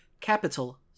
capital